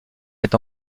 est